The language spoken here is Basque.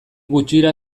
gutxira